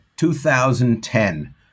2010